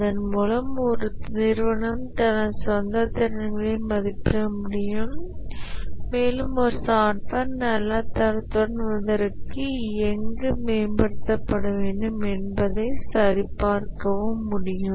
அதன் மூலம் ஒரு நிறுவனம் தனது சொந்த திறன்களை மதிப்பிட முடியும் மேலும் ஒரு சாப்ட்வேர் நல்ல தரத்துடன் வருவதற்கு எங்கு மேம்படுத்த வேண்டும் என்பதை சரிபார்க்கவும் முடியும்